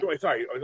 sorry